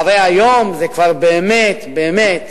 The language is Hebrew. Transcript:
הרי היום זה כבר באמת באמת